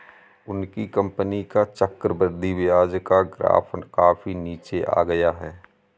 उनकी कंपनी का चक्रवृद्धि ब्याज का ग्राफ काफी नीचे आ गया है